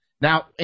Now